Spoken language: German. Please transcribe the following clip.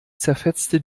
zerfetzte